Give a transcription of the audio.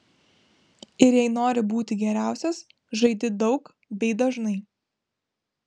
ir jei nori būti geriausias žaidi daug bei dažnai